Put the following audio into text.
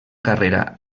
carrera